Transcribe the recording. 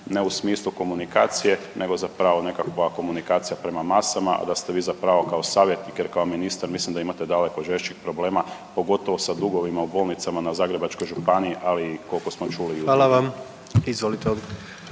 ne u smislu komunikacije nego zapravo nekakva komunikacija prema masama, a da ste vi zapravo kao savjetnik jer kao ministar mislim da imate daleko žešćih problema, pogotovo sa dugovima u bolnicama na Zagrebačkoj županiji, ali koliko smo čuli …/Govornik se ne razumije./…